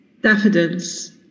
Daffodils